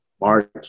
March